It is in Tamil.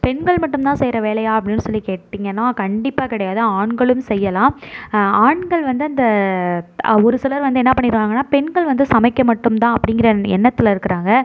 பெண்கள் மட்டும் தான் செய்கிற வேலையா அப்படின்னு சொல்லி கேட்டிங்கன்னால் கண்டிப்பாக கிடையாது ஆண்களும் செய்யலாம் ஆண்கள் வந்து அந்த ஒரு சிலர் வந்து என்ன பண்ணிவிடுறாங்கன்னா பெண்கள் வந்து சமைக்க மட்டும் தான் அப்படிங்கிற எண்ணத்தில் இருக்கிறாங்க